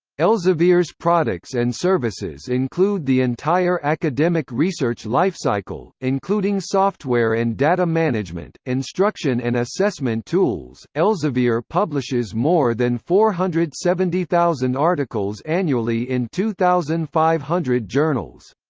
elsevier's products and services include the entire academic research lifecycle, including software and data-management, instruction and assessment tools elsevier publishes more than four hundred and seventy thousand articles annually in two thousand five hundred journals.